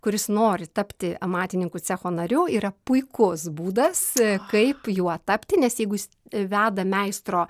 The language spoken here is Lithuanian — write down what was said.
kuris nori tapti amatininkų cecho nariu yra puikus būdas kaip juo tapti nes jeigu jis veda meistro